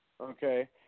okay